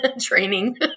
training